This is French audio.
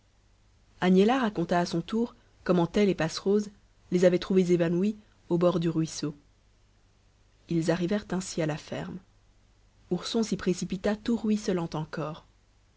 agnella raconta à son tour comment elle et passerose les avaient trouvés évanouis au bord du ruisseau ils arrivèrent ainsi à la ferme ourson s'y précipita tout ruisselant encore